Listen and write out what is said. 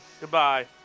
Goodbye